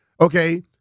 Okay